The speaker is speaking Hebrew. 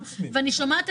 במידה והיא הלכה להליכי